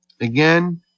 Again